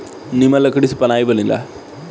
निमन लकड़ी से पालाइ बनेला